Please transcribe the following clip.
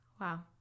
Wow